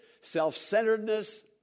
self-centeredness